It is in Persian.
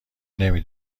نمی